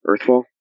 Earthfall